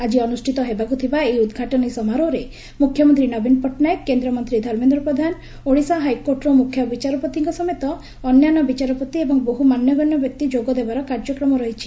ଆଜି ଅନୁଷ୍ଠିତ ହେବାକୁ ଥିବା ଏହି ଉଦ୍ଘାଟନୀ ସମାରୋହରେ ମୁଖ୍ୟମନ୍ତ୍ରୀ ନବୀନ ପଟ୍ଟନାୟକ କେନ୍ଦ୍ରମନ୍ତ୍ରୀ ଧର୍ମେନ୍ଦ୍ର ପ୍ରଧାନ ଓଡିଶା ହାଇକୋର୍ଟର ମୁଖ୍ୟ ବିଚାରପତିଙ୍କ ସମେତ ଅନ୍ୟାନ୍ୟ ବିଚାରପତି ଏବଂ ବହୁ ମାନଗଣ୍ୟ ବ୍ୟକ୍ତି ଯୋଗଦେବାର କାର୍ଯ୍ୟକ୍ରମ ରହିଛି